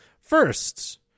first